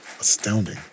Astounding